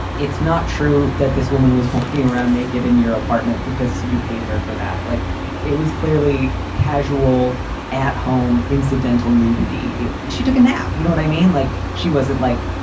it's not true that this woman was walking around naked in your apartment because you paid her for that like it was clearly casual at home, incidental nudity. she took a nap, you know what i mean? like, she wasn't like,